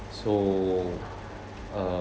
so uh